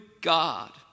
God